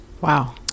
Wow